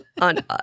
on